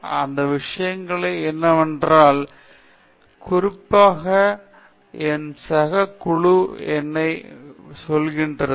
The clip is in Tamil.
ஆனால் அந்த விஷயம் என்னவென்றால் குறிப்பாக என் சக குழு என்னை என்ன சொல்கிறது